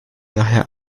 daher